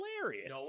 hilarious